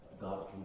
God